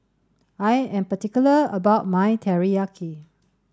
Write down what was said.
I am particular about my Teriyaki